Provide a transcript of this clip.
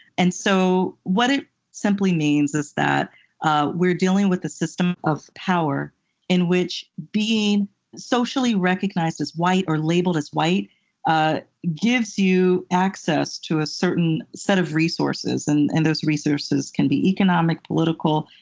and so what it simply means is that ah we're dealing with a system of power in which being socially recognized as white or labeled as white ah gives you access to a certain set of resources, and and those resources can be economic, political,